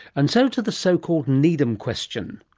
and so to the so-called needham question.